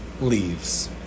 leaves